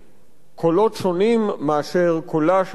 קולות שונים מאשר קולה של הממשלה,